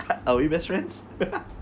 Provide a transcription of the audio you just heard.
are we best friends